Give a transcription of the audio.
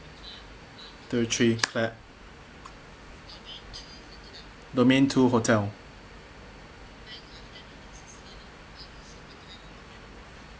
two three clap domain two hotel